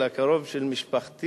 אלא קרוב משפחתי,